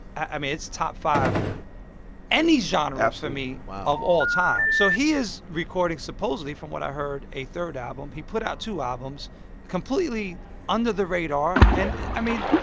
i mean, it's top five any genre for me of all time. so he is recording supposedly, from what i heard a third album. he put out two albums completely under the radar and, i mean,